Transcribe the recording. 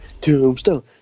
tombstone